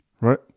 Right